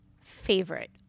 favorite